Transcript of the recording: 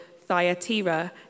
Thyatira